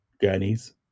gurneys